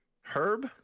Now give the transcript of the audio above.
herb